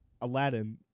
Aladdin